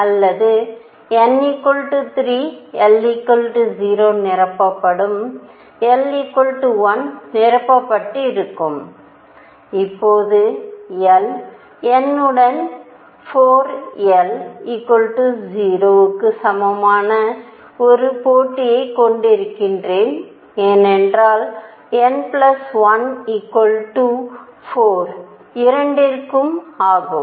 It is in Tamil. அல்லது n 3 l 0 நிரப்பப்படும் l 1 நிரப்பப்பட்டிருக்கும் இப்போது l n உடன் 4 l 0 க்கு சமமான ஒரு போட்டியைக் கொண்டிருக்கிறேன் ஏனெனில் n l to 4 இரண்டிற்கும் ஆகும்